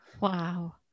wow